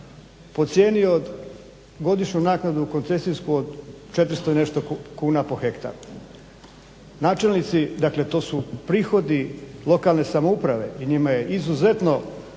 po cijeni od, godišnju naknadu koncesijsku od 400 i nešto kuna po hektaru. Načelnici, dakle to su prihodi lokalne samouprave i njima je izuzetno